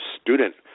student